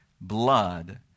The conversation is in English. blood